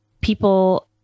people